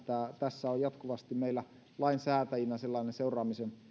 tässä on jatkuvasti meillä lainsäätäjinä sellainen seuraamisen